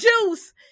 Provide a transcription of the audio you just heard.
juice